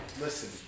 Listen